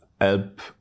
help